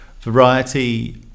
variety